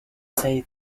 say